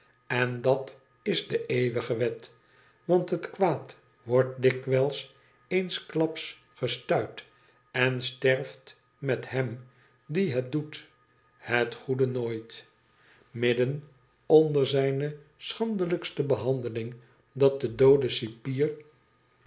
n dat is de eeuwige wet want het kwaad wordt dikwijls eensuaps gestuit en sterft met hem die het doet het goede nooit midden onder zijne schandelijkste behandeling had de doode cipier